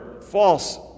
false